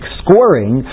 scoring